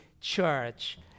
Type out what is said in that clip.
church